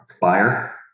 buyer